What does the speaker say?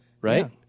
right